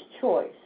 choice